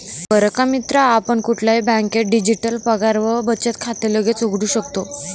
बर का मित्रा आपण कुठल्याही बँकेत डिजिटल पगार व बचत खाते लगेच उघडू शकतो